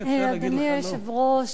היושב-ראש,